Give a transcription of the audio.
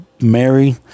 Mary